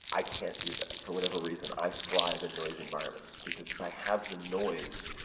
i can't do that. for whatever reason, i thrive in noisy environments because if i have the noise,